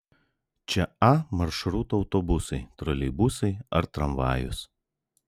čia a maršruto autobusai troleibusai ar tramvajus